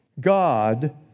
God